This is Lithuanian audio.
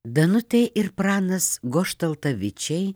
danutė ir pranas goštaltavičiai